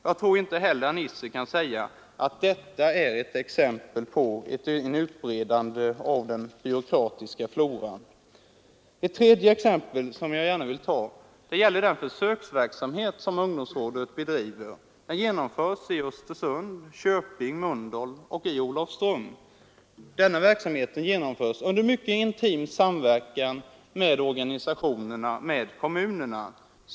Jag tror inte heller att herr Nisser kan säga att detta är ett exempel på ett utbredande av den byråkratiska floran. Ett tredje exempel som jag gärna vill ta upp gäller den försöksverksamhet som ungdomsrådet bedriver. Den genomföres i Östersund, Köping, Mölndal och i Olofström. Denna verksamhet genomföres under mycket intim samverkan med organisationerna och kommunerna.